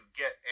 get